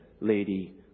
Lady